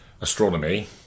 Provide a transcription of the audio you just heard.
astronomy